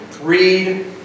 read